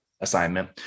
assignment